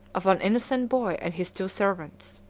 of an innocent boy and his two servants.